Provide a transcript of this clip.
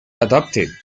adopted